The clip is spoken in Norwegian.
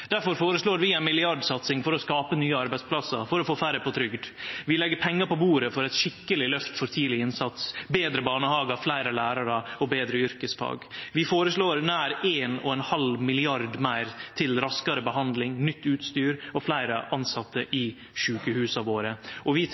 vi ei milliardsatsing for å skape nye arbeidsplassar, for å få færre på trygd. Vi legg pengar på bordet for eit skikkeleg løft for tidleg innsats, betre barnehagar, fleire lærarar og betre yrkesfag. Vi føreslår nær 1,5 mrd. kr meir til raskare behandling, nytt utstyr og fleire tilsette i sjukehusa våre. Vi tek klimautfordringa på alvor samtidig som vi